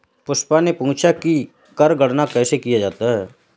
पुष्पा ने पूछा कि कर गणना कैसे किया जाता है?